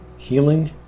Healing